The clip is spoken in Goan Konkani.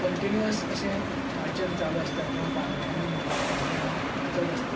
कंन्टिन्युअस अशें वाचन चालू आसता किंवां पारायणे म्हळ्या जाता तें हांव वाचत आसता